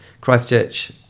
Christchurch